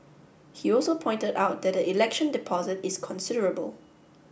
he also pointed out that the election deposit is considerable